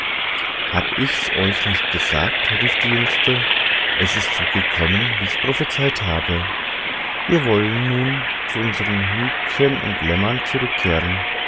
hab ich's euch nicht gesagt rief die jüngste es ist so gekommen wie ich prophezeit habe wir wollen nun zu unsern hündchen und lämmern zurückkehren